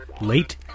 late